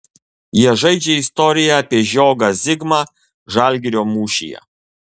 jie žaidžia istoriją apie žiogą zigmą žalgirio mūšyje